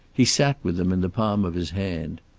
he sat with them in the palm of his hand.